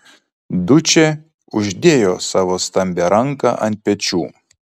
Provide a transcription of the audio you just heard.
dučė uždėjo savo stambią ranką ant pečių